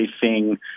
facing